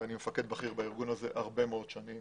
ואני מפקד בכיר בארגון הזה הרבה מאוד שנים